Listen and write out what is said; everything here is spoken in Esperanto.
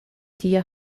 tia